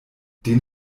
den